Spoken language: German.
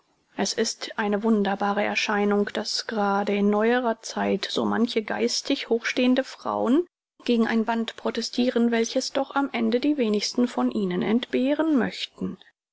es ist eine wunderbare erscheinung daß grade in neuerer zeit so manche geistig hochstehende frauen gegen ein band protestiren welches doch am ende die wenigsten von ihnen entbehren möchten